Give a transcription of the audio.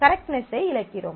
கரெக்ட்னெஸை இழக்கிறோம்